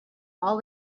all